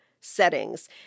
settings